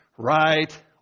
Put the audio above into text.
Right